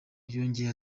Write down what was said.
yongeye